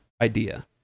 idea